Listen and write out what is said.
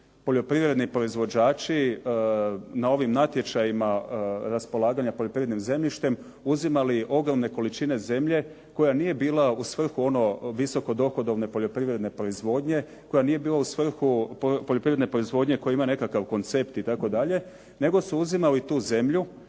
poljoprivredni proizvođači na ovim natječajima raspolaganja poljoprivrednim zemljištem uzimali ogromne količine zemlje koja nije bila u svrhu visoko dohodovne poljoprivredne proizvodnje, koja nije bila u svrhu poljoprivredne proizvodnje koja ima nekakav koncept itd., nego su uzimali tu zemlju,